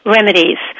Remedies